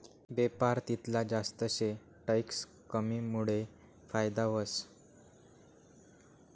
बेपार तितला जास्त शे टैक्स कमीमुडे फायदा व्हस